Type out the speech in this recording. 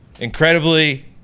Incredibly